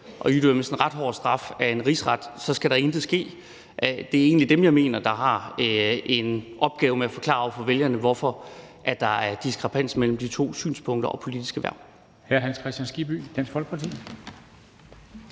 og idømmes en ret hård straf af en rigsret, skal der intet ske. Det er egentlig dem, jeg mener har en opgave med at forklare over for vælgerne, hvorfor der skal være den forskel mellem de politiske hverv.